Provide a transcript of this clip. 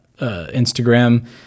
Instagram